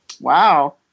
Wow